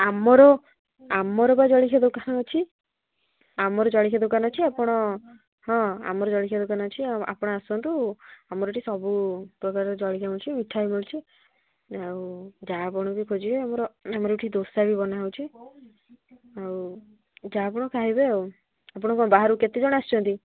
ଆମର ଆମର ବା ଜଳଖିଆ ଦୋକାନ ଅଛି ଆମର ଜଳଖିଆ ଦୋକାନ ଅଛି ଆପଣ ହଁ ଆମର ଜଳଖିଆ ଦୋକାନ ଅଛି ଆପଣ ଆସନ୍ତୁ ଆମର ଏଠି ସବୁ ପ୍ରକାର ଜଳଖିଆ ମିଳୁଛିି ମିଠା ବି ମିଳୁଛି ଆଉ ଯାହା ଆପଣ ବି ଖୋଜିବେ ଆମର ଆମର ଏଠି ଦୋସା ବି ବନାହେଉଛିି ଆଉ ଯାହା ଆପଣ ଖାଇବେ ଆଉ ଆପଣ କ'ଣ ବାହାରୁ କେତେଜଣ ଆସିଛନ୍ତି